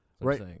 Right